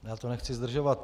Já to nechci zdržovat.